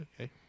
Okay